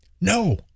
No